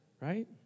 right